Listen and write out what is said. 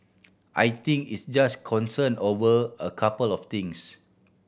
I think it's just concern over a couple of things